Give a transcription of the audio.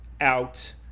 out